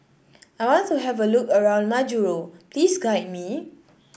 I want to have a look around Majuro please guide me